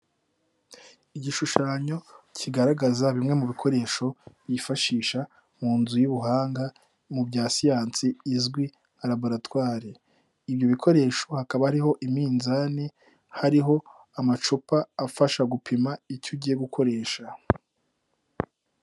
Igishushanyo kigaragaza bimwe mu bikoresho bifashisha mu nzu y'ubuhanga mu bya siyansi izwi laboratware. Ibyo bikoresho hakaba ariho iminzani, hariho amacupa afasha gupima icyo ugiye gukoresha.